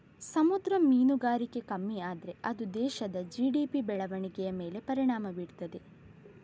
ಸಮುದ್ರ ಮೀನುಗಾರಿಕೆ ಕಮ್ಮಿ ಆದ್ರೆ ಅದು ದೇಶದ ಜಿ.ಡಿ.ಪಿ ಬೆಳವಣಿಗೆಯ ಮೇಲೆ ಪರಿಣಾಮ ಬೀರ್ತದೆ